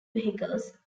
vehicles